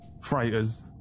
freighters